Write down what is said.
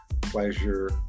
Pleasure